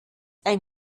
ein